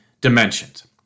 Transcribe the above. dimensions